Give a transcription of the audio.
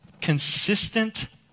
consistent